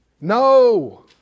no